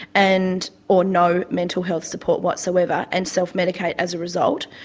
and or no mental health support whatsoever, and self-medicate as a result.